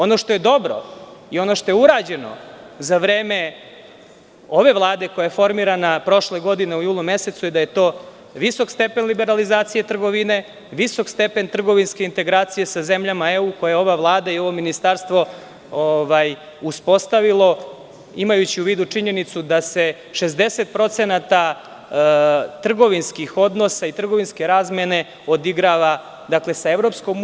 Ono što je dobro i ono što je urađeno za vreme ove Vlade koja je formirana prošle godine u julu mesecu jeste da je to visok stepen liberalizacije trgovine, visok stepen trgovinske integracije sa zemljama EU koje je ova Vlada i ovo ministarstvo uspostavilo imajući u vidu činjenicu da se 60% trgovinskih odnosa i trgovinske razmene odigrava sa EU.